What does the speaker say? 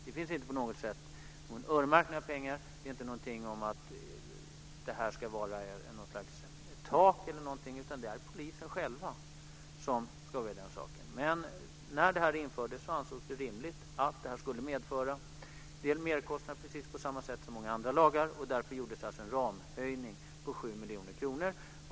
Det finns inte på något sätt någon öronmärkning av pengarna, ett tak osv. Det är polisen själv som avgör saken. När lagen infördes ansågs det rimligt att den skulle medföra en del merkostnader, precis som många andra lagar. Därför gjordes en ramhöjning på 7 miljoner kronor.